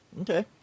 Okay